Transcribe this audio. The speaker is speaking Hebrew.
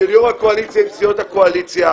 של יו"ר הקואליציה עם סיעות הקואליציה.